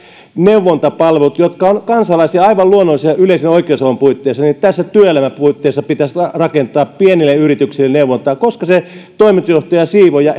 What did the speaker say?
neuvontapalvelut jotka ovat kansalaisille aivan luonnollisia yleisen oikeusavun puitteissa eli työelämän puitteissa pitäisi rakentaa pienille yrityksille neuvontaa koska se toimitusjohtaja siivooja